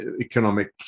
economic